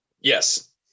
Yes